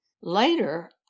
Later